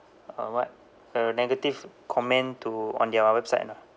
a what a negative comment to on their website ah